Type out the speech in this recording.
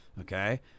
Okay